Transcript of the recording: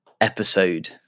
episode